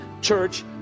church